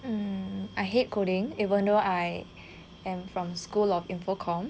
mm I hate coding even though I am from school of info comm